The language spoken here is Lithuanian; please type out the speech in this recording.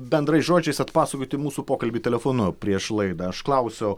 bendrais žodžiais atpasakoti mūsų pokalbį telefonu prieš laidą aš klausiau